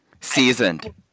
Seasoned